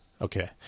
Okay